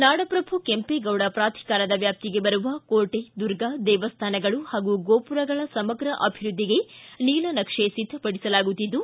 ನಾಡಪ್ರಭು ಕೆಂಪೇಗೌಡ ಪ್ರಾಧಿಕಾರದ ವ್ಯಾಪ್ತಿಗೆ ಬರುವ ಕೋಟೆ ದುರ್ಗ ದೇವಸ್ಥಾನಗಳು ಗೋಪುರಗಳ ಸಮಗ್ರ ಅಭಿವೃದ್ಧಿಗೆ ನೀಲನಕ್ಷೆ ಸಿದ್ಧಪಡಿಸಲಾಗುತ್ತಿದ್ದು